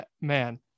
Man